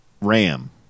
RAM